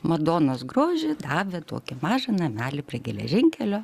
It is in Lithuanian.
madonos grožį davė tokį mažą namelį prie geležinkelio